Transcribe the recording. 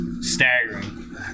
staggering